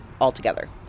altogether